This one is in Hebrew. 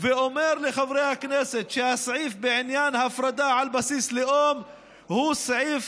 ואומר לחברי הכנסת שהסעיף בעניין ההפרדה על בסיס לאום הוא סעיף